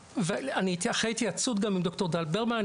אחרי התייעצות עם ד"ר טל ברגמן,